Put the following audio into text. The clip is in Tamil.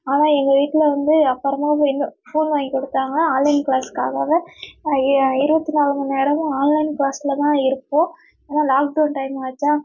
ஆனால் எங்கள் வீட்டில் வந்து அப்புறமா வ எங்கள் ஃபோன் வாய்ங்கி கொடுத்தாங்க ஆன்லைன் கிளாஸ்க்காகவே ஏ இருபத்தி நாலு மணிநேரமும் ஆன்லைன் கிளாஸில் தான் இருப்போம் ஏனால் லாக்டவுன் டைமும் ஆச்சா